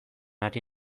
ari